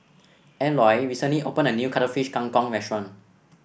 Eoy recently opened a new Cuttlefish Kang Kong restaurant